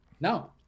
No